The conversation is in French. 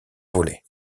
volley